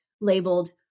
labeled